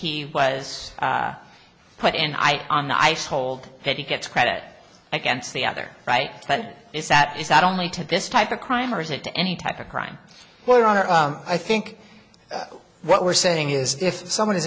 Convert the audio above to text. he was put in i on the ice hold that he gets credit against the other right but is that is not only to this type of crime or is it to any type of crime where our i think what we're saying is if some